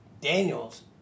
Daniels